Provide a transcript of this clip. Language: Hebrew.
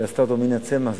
שעשתה אותו מינה צמח,